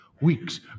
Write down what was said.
weeks